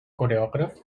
coreògraf